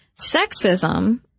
sexism